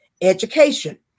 education